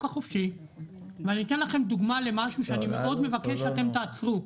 החופשי ואני אתן לכם דוגמא למשהו שאני מאוד מבקש שאתם תעצרו.